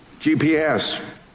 GPS